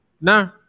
No